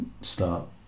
start